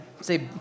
say